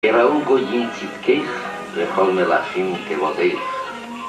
יראו הגויים צדקיך וכל מלכים כבודיך